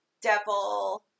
devil